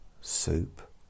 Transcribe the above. soup